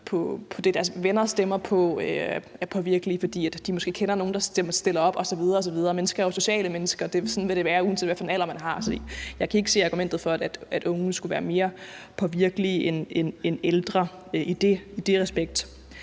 deres venner stemmer på. De er påvirkelige, fordi de måske kender nogle, der stiller op, osv. osv. Vi mennesker er sociale væsener, uanset hvad for en alder man har. Jeg kan ikke se argumentet for, at unge skulle være mere påvirkelige end ældre i den henseende.